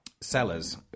Sellers